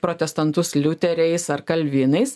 protestantus liuteriais ar kalvinais